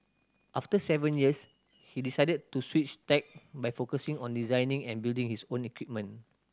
after seven years he decided to switch tack by focusing on designing and building his own equipment